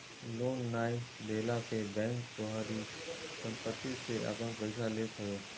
loan नाइ देहला पे बैंक तोहारी सम्पत्ति से आपन पईसा लेत हवे